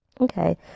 Okay